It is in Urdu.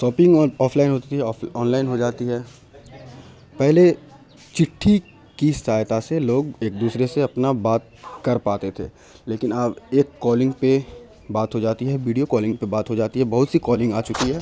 شاپنگ او آف لائن ہوتی تھی آف آن لائن ہو جاتی ہے پہلے چٹھی کی سہایتا سے لوگ ایک دوسرے سے اپنا بات کر پاتے تھے لیکن اب ایک کالنگ پہ بات ہو جاتی ہے ویڈیو کالنگ پہ بات ہو جاتی ہے بہت سی کالنگ آ چکی ہے